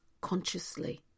consciously